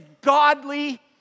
godly